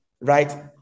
right